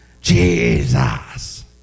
Jesus